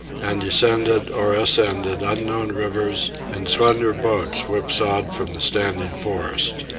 and descended or ascended unknown rivers in slender boats whipsawed from the standing forest.